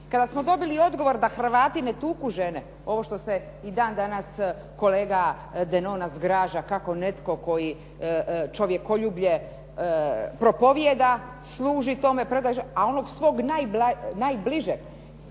kada smo dobili odgovor da Hrvati ne tuku žene. Ovo što se i dan danas kolega Denona zgraža kako netko koji čovjekoljublje propovijeda, služi tome, a onog svog najbližeg,